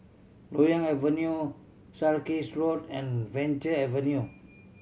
Loyang Avenue Sarkies Road and Venture Avenue